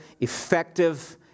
effective